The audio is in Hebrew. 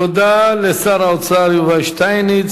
תודה לשר האוצר יובל שטייניץ.